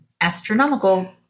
astronomical